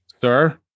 sir